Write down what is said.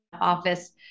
office